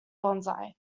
bonsai